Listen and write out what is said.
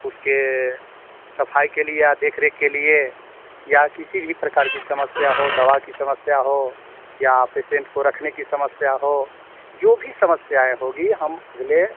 उसकी सफ़ाई के लिए आ देख रेख के लिए या किसी भी प्रकार की समस्या हो दवा की समस्या हो या पेशेंट को रखने की समस्या हो जो भी समस्याएँ होंगी हम अगले